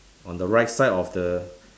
on the right side of the